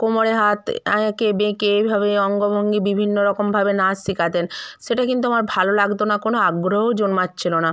কোমরে হাত এঁকে বেঁকে এইভাবে অঙ্গ ভঙ্গি বিভিন্ন রক ভাবে নাচ শেখাতেন সেটা কিন্তু আমার ভালো লাগতো না কোনো আগ্রহও জন্মাচ্ছিলো না